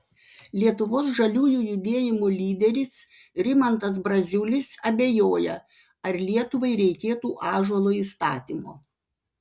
lietuvos žaliųjų judėjimo lyderis rimantas braziulis abejoja ar lietuvai reikėtų ąžuolo įstatymo